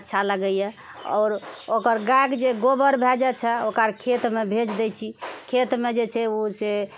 अच्छा लगइए आओर ओकर गायके जे गोबर भए जाइछै ओकर खेतमे भेजि देइछी खेतमे जेछै ओहिसँ